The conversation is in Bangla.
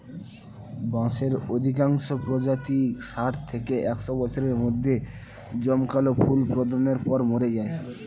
বাঁশের অধিকাংশ প্রজাতিই ষাট থেকে একশ বছরের মধ্যে জমকালো ফুল প্রদানের পর মরে যায়